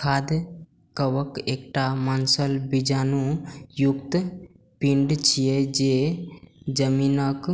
खाद्य कवक एकटा मांसल बीजाणु युक्त पिंड छियै, जे जमीनक